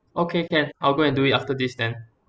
okay can I'll go and do it after this then